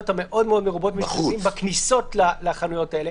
מרובות המשתתפים בכניסות לחנויות האלה.